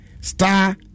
star